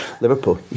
Liverpool